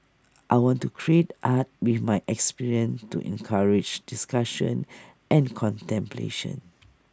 I want to create art with my experience to encourage discussion and contemplation